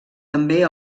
també